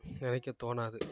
நினைக்க தோணாது